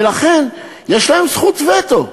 ולכן יש להם זכות וטו.